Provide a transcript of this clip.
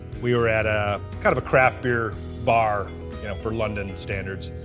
we were at a kind of a craft beer bar, you know for london and standards.